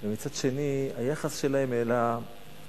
ומצד שני, היחס שלה אל הזקן.